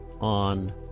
on